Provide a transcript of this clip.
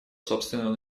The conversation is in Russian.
собственного